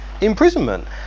imprisonment